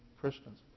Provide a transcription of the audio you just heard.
Christians